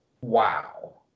wow